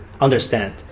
understand